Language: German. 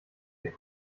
der